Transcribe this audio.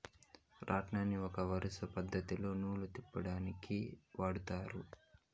రాట్నంని ఒక వరుస పద్ధతిలో నూలు తిప్పుకొనేకి వాడతారు